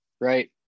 Right